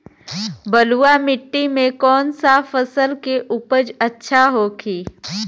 बलुआ मिट्टी में कौन सा फसल के उपज अच्छा होखी?